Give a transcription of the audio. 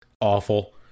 Awful